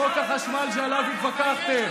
בסדר, לפרוטוקול אני אוסיף אותך.